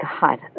God